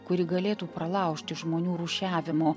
kuri galėtų pralaužti žmonių rūšiavimo